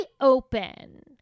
open